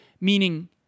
Meaning